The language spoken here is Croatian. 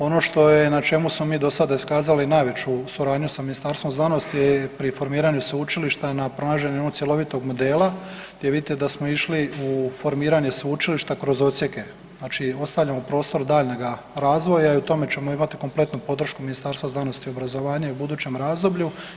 Ono što je i na čemu smo mi do sada iskazali najveću suradnju s Ministarstvom znanosti je pri formiranju sveučilišta na prolaženju jednog cjelovitog modela gdje vidite da smo išli u formiranje sveučilišta kroz odsjeke, znači ostavljamo prostor daljnjega razvoja i u tome ćemo imati kompletnu podršku Ministarstva znanosti i obrazovanja i u budućem razdoblju.